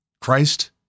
Christ